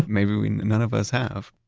maybe none of us have.